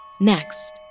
Next